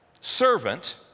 Servant